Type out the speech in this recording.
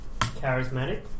Charismatic